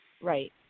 Right